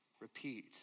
repeat